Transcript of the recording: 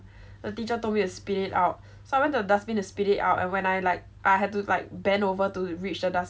the teacher told me to spit it out so I went to the dustbin to spit it out and when I like I had to like bend over to reach the dustbin